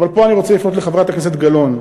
ופה אני רוצה לפנות לחברת הכנסת גלאון: